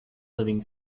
living